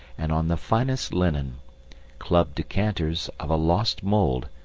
and on the finest linen club decanters, of a lost mould,